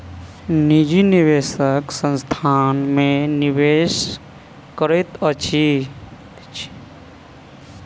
निजी निवेशक संस्थान में निवेश करैत अछि